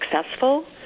successful